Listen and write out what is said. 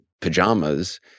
pajamas